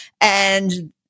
And-